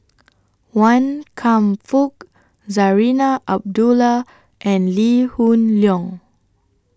Wan Kam Fook Zarinah Abdullah and Lee Hoon Leong